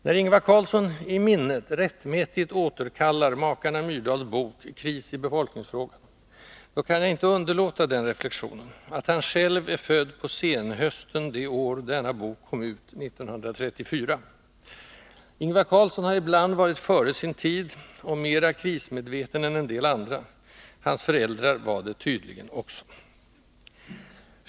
När Ingvar Carlsson i minnet rättmätigt återkallar makarna Myrdals bok Krisi befolkningsfrågan, kan jag inte underlåta den reflexionen, att han själv är född på senhösten det år denna bok kom ut — 1934. Ingvar Carlsson har ibland varit före sin tid — och mera krismedveten än en del andra; hans föräldrar var det tydligen också.